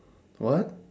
what